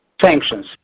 Sanctions